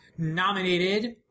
Nominated